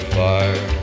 fire